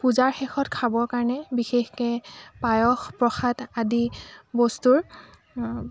পূজাৰ শেষত খাবৰ কাৰণে বিশেষকৈ পায়স প্ৰসাদ আদি বস্তুৰ